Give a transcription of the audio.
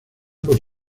por